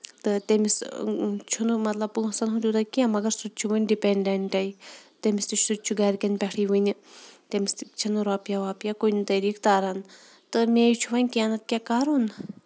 تہٕ تٔمِس چھُنہٕ مطلب پونٛسن ہُند توٗتاہ کیٚنٛہہ مَگر سُہ تہِ چھُ وُنہِ ڈِپیٚنڈنٹٕے تٔمِس تہِ چھُ سُہ تہِ چھُ گرِکین پٮ۪ٹھٕے ؤنہِ تٔمِس تہِ چھنہٕ رۄپیہِ وۄپیہِ کُنہِ طٔریٖقہٕ تران تہٕ میے چھُ وۄنۍ کیٚنٛہہ نہ تہٕ کیٚنٛہہ کَرُن